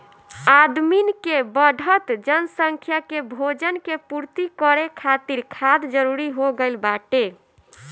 आदमिन के बढ़त जनसंख्या के भोजन के पूर्ति करे खातिर खाद जरूरी हो गइल बाटे